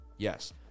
Yes